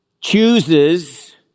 chooses